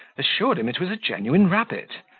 assured him it was a genuine rabbit,